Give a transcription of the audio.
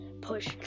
push